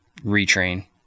retrain